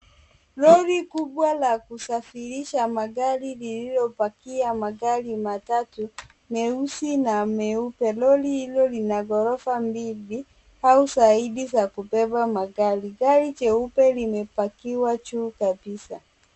Lori kubwa la kusafirisha magari lililopackia magari matatu, meusi na meupe. Lori hilo lina ghorofa mbili au zaidi za kubeba magari. Gari jeupe limepackiwa juu kabisa.